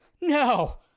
no